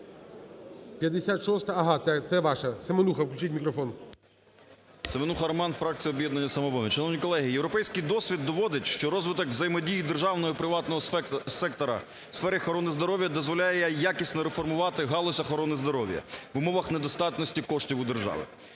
Семенуха Роман, фракція "Об'єднання "Самопоміч". Шановні колеги, європейський досвід доводить, що розвиток взаємодії державного і приватного сектору в сфері охорони здоров'я дозволяє якісно реформувати галузь охорони здоров'я в умовах недостатності коштів у держави.